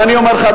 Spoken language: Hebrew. ואני אומר לך,